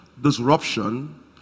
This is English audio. disruption